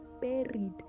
buried